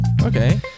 okay